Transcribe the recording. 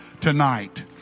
tonight